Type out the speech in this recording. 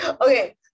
Okay